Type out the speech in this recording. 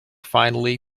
finally